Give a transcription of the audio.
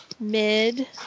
mid